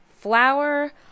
flour